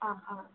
ആ ആ